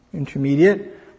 Intermediate